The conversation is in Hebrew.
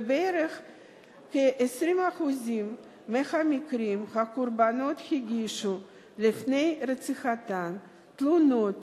ובכ-20% מהמקרים הקורבנות הגישו לפני רציחתן תלונות